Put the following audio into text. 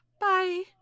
Bye